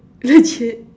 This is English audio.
legit